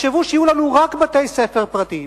ותחשבו שיהיו לנו רק בתי-ספר פרטיים,